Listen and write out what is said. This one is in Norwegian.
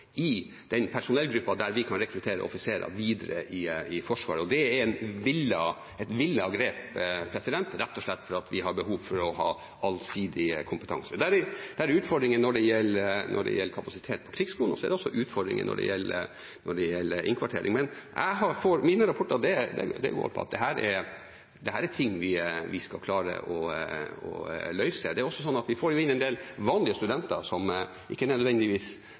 i den personellgruppa som vi kan rekruttere offiserer videre i Forsvaret fra, og det er et villet grep, rett og slett fordi vi har behov for å ha allsidig kompetanse. Det er utfordringer når det gjelder kapasitet på Krigsskolen, og det er også utfordringer når det gjelder innkvartering, men mine rapporter går ut på at dette er ting vi skal klare å løse. Det er også sånn at vi får inn en del vanlige studenter som ikke nødvendigvis